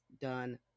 done